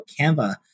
Canva